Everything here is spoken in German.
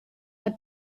hat